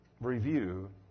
review